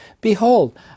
Behold